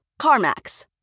CarMax